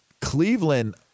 Cleveland